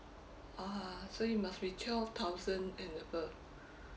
uh so it must be twelve thousand and above